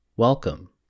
welcome